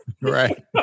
Right